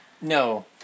no